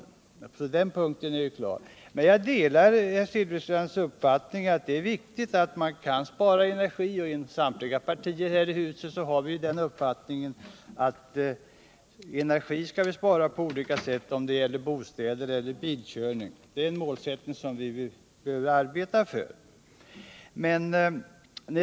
Så på den här punkten är allting klart. Men jag delar herr Silfverstrands uppfattning att det är viktigt att spara energi, och inom samtliga partier här i huset anser man att vi skall spara energi på olika sätt, det må gälla bostäder eller bilkörning. Det är ett mål som vi bör försöka uppnå.